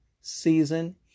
season